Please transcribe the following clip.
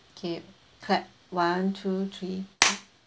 okay clap one two three